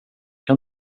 kan